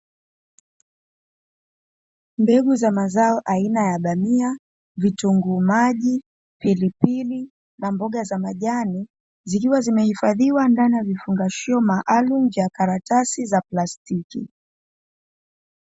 Mbegu za mazao aina ya bamia, vitunguu maji, pilipili na mboga za majani zikiwa zimehifadhiwa ndani ya vifungashio maalum ya karatasi za plastiki.